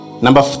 Number